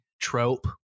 trope